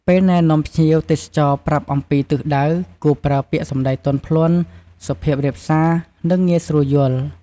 ពេលណែនាំភ្ញៀវទេសចរប្រាប់អំពីទិសដៅ គួរប្រើពាក្យសម្ដីទន់ភ្លន់ សុភាពរាបសា និងងាយស្រួលយល់។